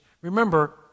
Remember